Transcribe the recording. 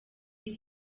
iyi